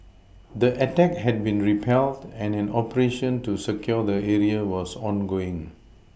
the attack had been repelled and an operation to secure the area was ongoing